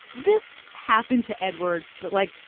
this happened to eduard. but, like,